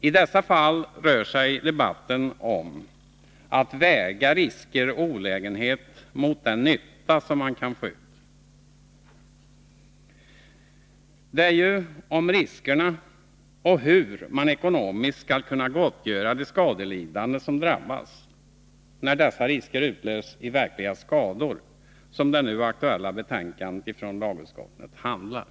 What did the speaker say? I dessa fall rör sig debatten om att väga risker och olägenheter mot den nytta man kan få ut. Det är ju om riskerna och om hur man ekonomiskt skall kunna gottgöra de skadelidande, de som drabbas när dessa risker utlöses i verkliga skador, som det nu aktuella betänkandet från lagutskottet handlar.